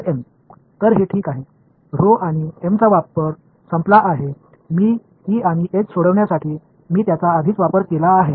மாணவர்rho மற்றும் m அது சரி rho மற்றும் m பயன்பாடு போய்விட்டது நான் ஏற்கனவே E மற்றும் H க்கு தீர்க்க அவற்றைப் பயன்படுத்தினேன்